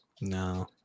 No